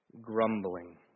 grumbling